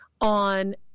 on